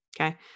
Okay